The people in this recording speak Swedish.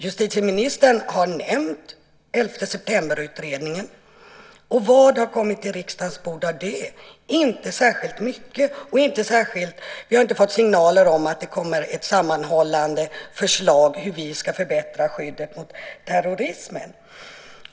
Justitieministern har nämnt 11 september-utredningen. Och vad har kommit på riksdagens bord av den? Inte särskilt mycket. Vi har inte fått signaler om att det kommer ett sammanhållande förslag om hur vi ska förbättra skyddet mot terrorismen.